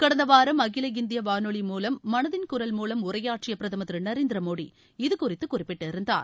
கடந்த வாரம் அகில இந்திய வானொலி மூவம் மனதின் குரல் மூவம் உரையாற்றிய பிரதமர் திரு நரேந்திர மோடி இதுகுறித்து குறிப்பிட்டிருந்தார்